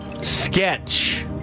Sketch